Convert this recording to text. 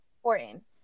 important